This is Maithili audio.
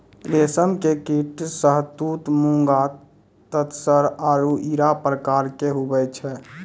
रेशम के कीट शहतूत मूंगा तसर आरु इरा प्रकार के हुवै छै